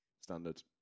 Standard